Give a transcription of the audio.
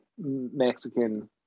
Mexican